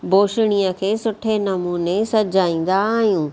बोछड़ीअ खे सुठे नमूने सजाईंदा आहियूं